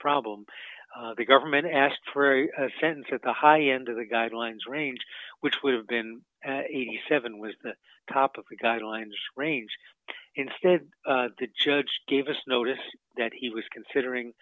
problem the government asked for a sentence at the high end of the guidelines range which would have been seven was the cop of the guidelines range instead the judge gave us notice that he was considering